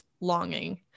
longing